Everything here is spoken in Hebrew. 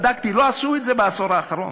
בדקתי: לא עשו את זה בעשור האחרון.